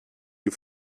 you